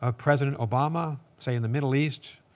ah president obama, say, in the middle east.